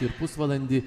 ir pusvalandį